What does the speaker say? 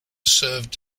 served